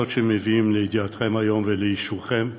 זאת שמביאים לידיעתכם ולאישורכם היום,